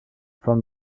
from